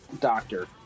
doctor